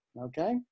Okay